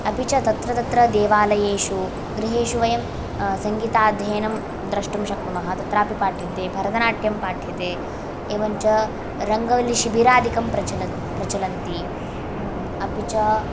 अपि च तत्र तत्र देवालयेषु गृहेषु वयं सङ्गीताध्ययनं द्रष्टुं शक्नुमः तत्रापि पाठ्यन्ते भरतनाट्यं पाठ्यते एवं च रङ्गवल्लिशिबिरादिकं प्रचलत् प्रचलन्ति अपि च